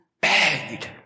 begged